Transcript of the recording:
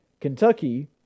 Kentucky